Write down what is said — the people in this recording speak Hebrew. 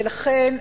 ולכן,